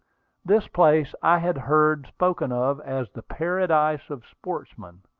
this place i had heard spoken of as the paradise of sportsmen,